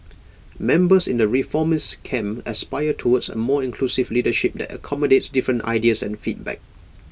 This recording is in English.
members in the reformist camp aspire towards A more inclusive leadership that accommodates different ideas and feedback